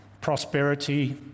prosperity